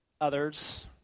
others